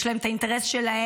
יש להם את האינטרס שלהם,